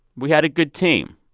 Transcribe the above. we had a good team.